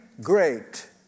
great